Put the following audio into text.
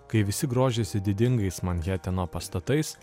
kai visi grožisi didingais manheteno pastatais